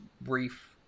brief